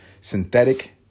Synthetic